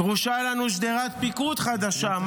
דרושים לנו שדרת פיקוד חדשה,